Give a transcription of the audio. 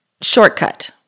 shortcut